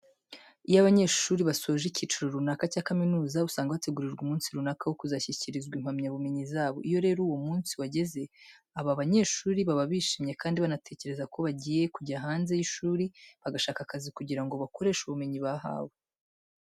Iyo abanyeshuri basoje icyiciro runaka cya kaminuza usanga bategurirwa umunsi runaka wo kuzashyikirizwa impamyabumenyi zabo. Iyo rero uwo munsi wageze, aba banyeshuri baba bishimye kandi banatekereza ko bagiye kujya hanze y'ishuri bagashaka akazi kugira ngo bakoreshe ubumenyi bahawe.